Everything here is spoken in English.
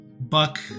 Buck